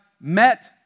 met